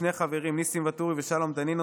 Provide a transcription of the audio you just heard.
שני חברים: ניסים ואטורי ושלום דנינו,